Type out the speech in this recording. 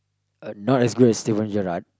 uh not as good as Steven-gerrard